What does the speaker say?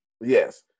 Yes